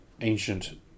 ancient